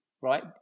right